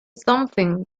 something